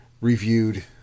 reviewed